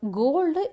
gold